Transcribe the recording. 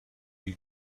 you